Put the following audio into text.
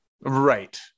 Right